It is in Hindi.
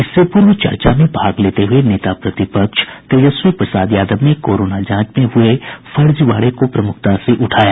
इससे पूर्व चर्चा में भाग लेते हुए नेता प्रतिपक्ष तेजस्वी प्रसाद यादव ने कोरोना जांच में हुए फर्जीवाड़े को प्रमुखता से उठाया